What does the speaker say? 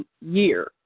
year